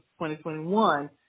2021